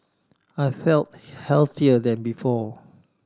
I feel healthier than before